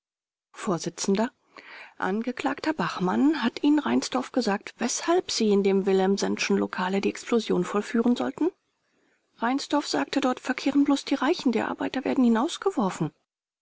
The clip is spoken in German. vors angeklagter bachmann hat ihnen reinsdorf gesagt weshalb sie in dem willemsenschen lokale die explosion vollführen sollten b reinsdorf sagte dort verkehren bloß die reichen die arbeiter werden